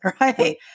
right